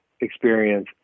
experience